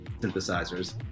synthesizers